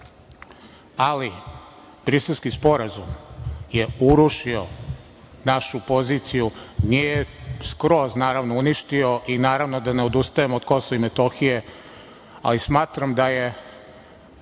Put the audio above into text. ali Briselski sporazum je urušio našu poziciju. Nije skroz, naravno, uništio i naravno da ne odustajemo od Kosova i Metohije, ali smatram da je